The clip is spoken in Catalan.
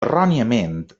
erròniament